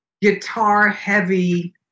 guitar-heavy